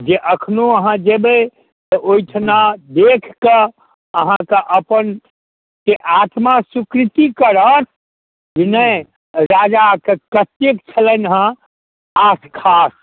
जे एखनो अहाँ जेबै तऽ ओहिठिना देख कए अहाँके अपन जे आत्मा स्वीकृति करत कि नहि राजाके कतेक छलनि हँ आसखास